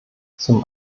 zum